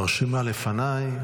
ברשימה לפניי,